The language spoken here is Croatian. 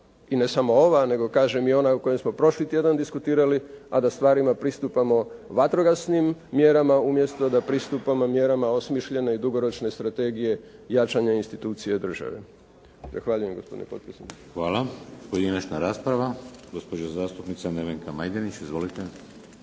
i ne samo ova, nego kažem i ona o kojoj smo prošli tjedan diskutirali, a da stvarima pristupamo vatrogasnim mjerama umjesto da pristupamo mjerama osmišljene i dugoročne strategije jačanja institucija države. Zahvaljujem, gospodine potpredsjedniče.